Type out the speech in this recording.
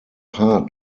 hard